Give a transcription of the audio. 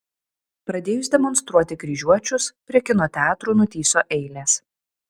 pradėjus demonstruoti kryžiuočius prie kino teatrų nutįso eilės